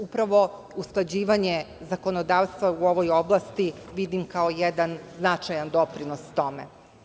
Upravo usklađivanje zakonodavstva u ovoj oblasti vidim kao jedan značajan doprinos tome.